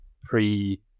pre